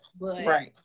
right